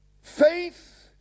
Faith